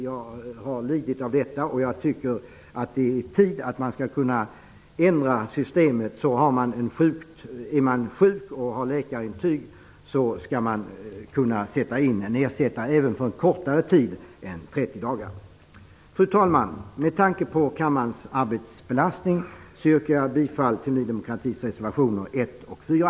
Jag har lidit av detta. Det är tid att ändra systemet. Om man är sjuk och kan uppvisa läkarintyg skall man kunna sätta in en ersättare, även för en kortare tid än 30 dagar. Fru talman! Med tanke på kammarens arbetsbelastning skall jag helt kort yrka bifall till Ny demokratis reservationer 1 och 4.